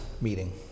meeting